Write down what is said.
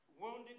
Wounded